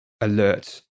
alert